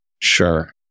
Sure